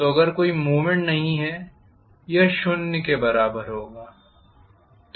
तो अगर कोई मूवमेंट नहीं है यह शून्य के बराबर होगा